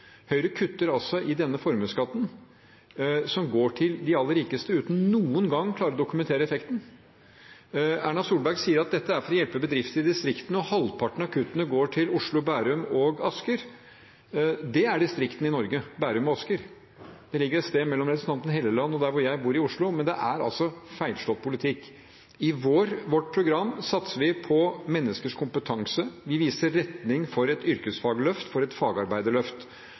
Høyre kutter i formuesskatten, som går til de aller rikeste, uten noen gang å klare å dokumentere effekten. Erna Solberg sier at det er for å hjelpe bedrifter i distriktene, og halvparten av kuttene går til Oslo, Bærum og Asker. Det er altså distriktene i Norge: Bærum og Asker. Det ligger et sted mellom der representanten Helleland bor, og der jeg bor i Oslo. Det er feilslått politikk. I vårt program satser vi på menneskers kompetanse. Vi viser retning for et yrkesfagløft, for et fagarbeiderløft.